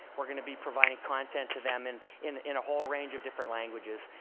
we're going to be providing content to them and in in a whole range of different languages.